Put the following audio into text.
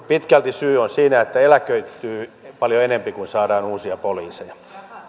pitkälti syy on siinä että poliiseja eläköityy paljon enempi kuin saadaan uusia poliiseja